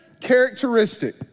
characteristic